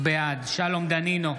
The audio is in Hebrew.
בעד שלום דנינו,